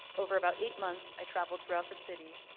over about eight months, i traveled throughout the city.